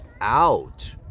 out